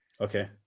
Okay